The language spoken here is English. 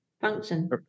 function